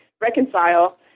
reconcile